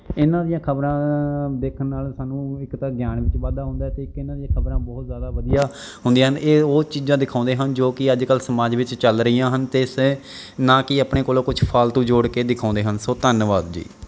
ਇਹਨਾਂ ਦੀਆਂ ਖਬਰਾਂ ਦੇਖਣ ਨਾਲ ਸਾਨੂੰ ਇੱਕ ਤਾਂ ਗਿਆਨ ਵਿੱਚ ਵਾਧਾ ਹੁੰਦਾ ਅਤੇ ਇੱਕ ਇਹਨਾਂ ਦੀਆਂ ਖਬਰਾਂ ਬਹੁਤ ਜ਼ਿਆਦਾ ਵਧੀਆ ਹੁੰਦੀਆਂ ਹਨ ਇਹ ਉਹ ਚੀਜ਼ਾਂ ਦਿਖਾਉਂਦੇ ਹਨ ਜੋ ਕਿ ਅੱਜ ਕੱਲ ਸਮਾਜ ਵਿੱਚ ਚੱਲ ਰਹੀਆਂ ਹਨ ਅਤੇ ਸ ਨਾ ਕਿ ਆਪਣੇ ਕੋਲੋਂ ਕੁਝ ਫਾਲਤੂ ਜੋੜ ਕੇ ਦਿਖਾਉਂਦੇ ਹਨ ਸੋ ਧੰਨਵਾਦ ਜੀ